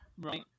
right